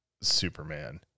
Superman